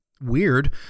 weird